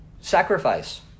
sacrifice